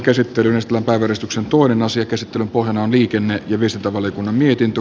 käsittelyn pohjana on liikenne ja viestintävaliokunnan mietintö